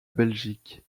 belgique